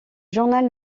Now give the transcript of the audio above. journal